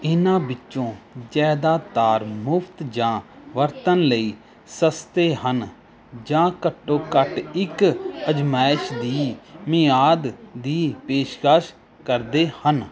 ਇਨ੍ਹਾਂ ਵਿੱਚੋਂ ਜ਼ਿਆਦਾਤਾਰ ਮੁਫ਼ਤ ਜਾਂ ਵਰਤਣ ਲਈ ਸਸਤੇ ਹਨ ਜਾਂ ਘੱਟੋ ਘੱਟ ਇੱਕ ਅਜ਼ਮਾਇਸ਼ ਦੀ ਮਿਆਦ ਦੀ ਪੇਸ਼ਕਸ਼ ਕਰਦੇ ਹਨ